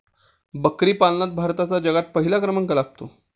बकरी पालनात भारताचा जगात पहिला क्रमांक लागतो